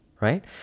right